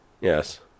yes